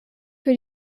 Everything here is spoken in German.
für